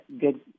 Good